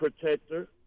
protector